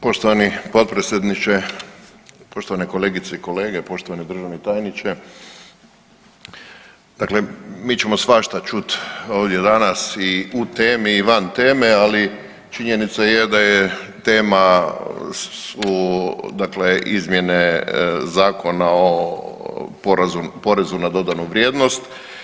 Poštovani potpredsjedniče, poštovane kolegice i kolege, poštovani državni tajniče dakle mi ćemo svašta čuti ovdje danas i u temi i van teme, ali činjenica je da je tema dakle izmjene Zakona o porezu na dodanu vrijednost.